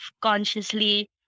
consciously